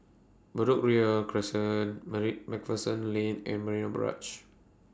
Bedok Ria Crescent Marik MacPherson Lane and Marina Barrage